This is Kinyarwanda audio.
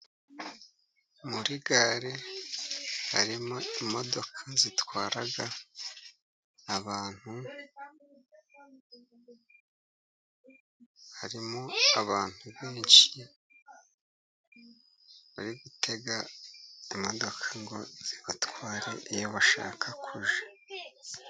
Muri gare harimo imodoka zitwara abantu harimo abantu benshi, bari gutega imodoka ngo zibatware iyo bashaka kujya.